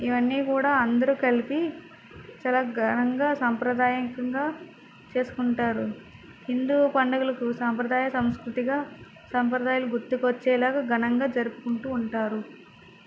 ఇవన్నీకూడా అందరు కలిపి చాలా ఘనంగా సాంప్రదికంగా కింద చేసుకుంటారు హిందూ పండుగలకు సాంప్రదాయ సంస్కృతిగా సాంప్రదాయాలు గుర్తుకొచ్చేలాగా ఘనంగా జరుపుకుంటూ ఉంటారు